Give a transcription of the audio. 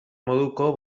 moduko